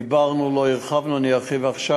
דיברנו, אבל לא הרחבנו, אני ארחיב עכשיו.